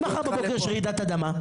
אם מחר בבוקר יש רעידת אדמה,